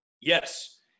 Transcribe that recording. Yes